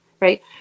Right